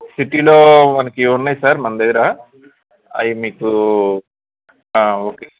సిటీలో మనకి ఉన్నయ్ సార్ మందిగ్గర అయ్ మీకూ ఓకే